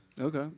Okay